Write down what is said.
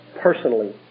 personally